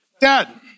dad